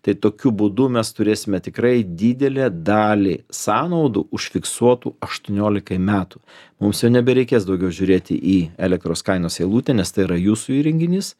tai tokiu būdu mes turėsime tikrai didelę dalį sąnaudų užfiksuotų aštuoniolikai metų mums jau nebereikės daugiau žiūrėti į elektros kainos eilutę nes tai yra jūsų įrenginys